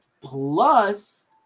Plus